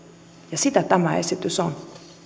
ja sitä tämä esitys on